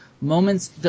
moments